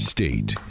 state